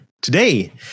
Today